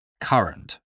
Current